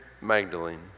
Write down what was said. magdalene